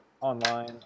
online